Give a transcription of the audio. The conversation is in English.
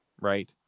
right